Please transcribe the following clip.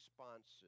responses